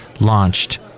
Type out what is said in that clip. launched